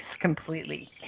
completely